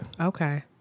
Okay